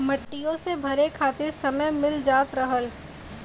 मटियो के भरे खातिर समय मिल जात रहल